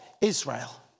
israel